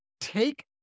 take